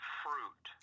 fruit